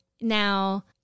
now